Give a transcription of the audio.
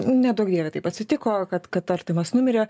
neduok dieve taip atsitiko kad kad artimas numirė